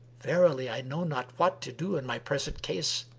verily, i know not what to do in my present case,